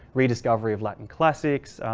rediscovery of latin classics,